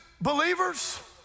believers